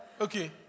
Okay